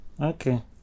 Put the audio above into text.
okay